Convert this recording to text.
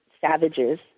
savages